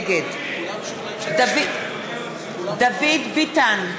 נגד דוד ביטן,